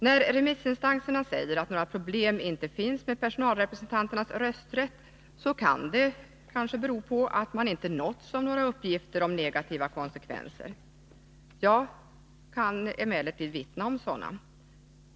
När remissinstanserna säger att några problem inte finns med personalrepresentanternas rösträtt, så kan det kanske bero på att man inte nåtts av några uppgifter om negativa konsekvenser. Jag kan emellertid vittna om sådana.